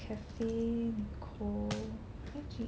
Cafe Nicole okay